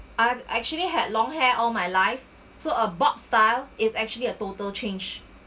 I've actually had long hair all my life so uh bob style is actually a total change